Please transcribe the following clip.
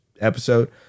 episode